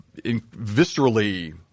viscerally